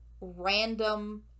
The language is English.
random